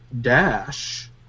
dash